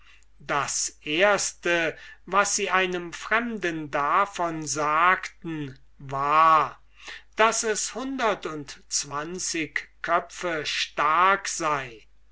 das erste was sie einem fremden davon sagten war daß es hundert und zwanzig köpfe stark sei